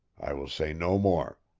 i will say no more.